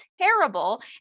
terrible